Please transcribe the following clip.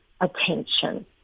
attention